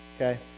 okay